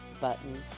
button